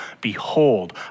Behold